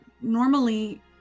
normally